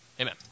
Amen